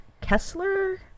Kessler